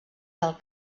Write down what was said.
del